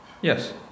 Yes